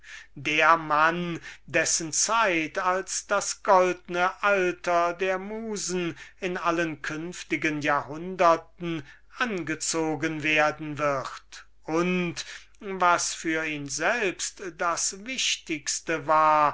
der mann dessen zeit als das goldne alter der musen in allen künftigen jahrhunderten angezogen werden wird und was für ihn selbst das interessanteste war